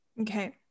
Okay